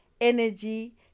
energy